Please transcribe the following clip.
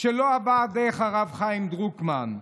שלא עבר דרך הרב חיים דרוקמן,